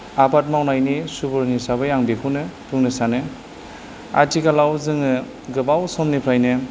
आबाद मावनायनि सुबुरुन हिसाबै आं बेखौनो बुंनो सानो आथिखालाव जोङो गोबाव समनिफ्रायनो